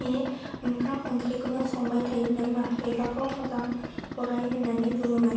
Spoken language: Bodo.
बे ओंखाम ओंख्रिखौनो संबाय थायो नामा लेखाखौ मोजां फराय होन्नानै बुङोमोन